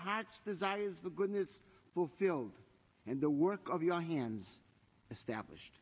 heart's desires the goodness fulfilled and the work of your hands established